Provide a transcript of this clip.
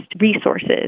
resources